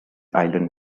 island